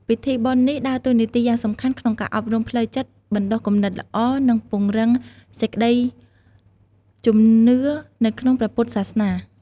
ពិធីបុណ្យនេះដើរតួនាទីយ៉ាងសំខាន់ក្នុងការអប់រំផ្លូវចិត្ត បណ្ដុះគំនិតល្អ និងពង្រឹងសេចក្ដីជំនឿនៅក្នុងព្រះពុទ្ធសាសនា។